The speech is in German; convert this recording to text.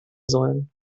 sollen